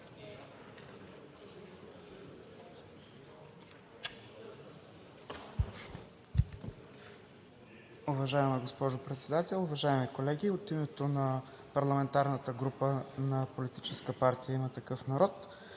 Уважаема госпожо Председател, уважаеми колеги! От името на парламентарната група на Политическа партия „Има такъв народ“